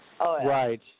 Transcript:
Right